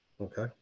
Okay